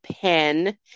pen